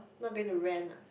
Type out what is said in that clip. not going to rent ah